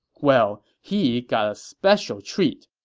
well, he got a special treat.